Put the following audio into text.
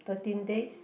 thirteen days